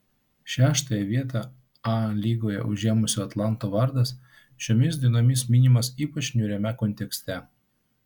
šeštąją vietą a lygoje užėmusio atlanto vardas šiomis dienomis minimas ypač niūriame kontekste